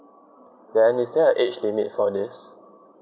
then is there an age limit for this